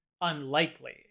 unlikely